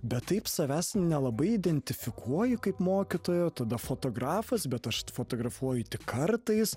bet taip savęs nelabai identifikuoju kaip mokytojo tada fotografas bet aš fotografuoju tik kartais